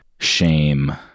Shame